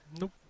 Nope